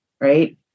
right